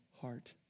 heart